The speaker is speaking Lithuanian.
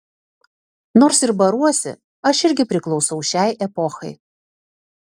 nors ir baruosi aš irgi priklausau šiai epochai